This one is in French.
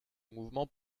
mouvement